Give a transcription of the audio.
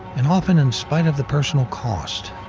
and often in spite of the personal cost.